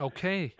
Okay